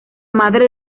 madre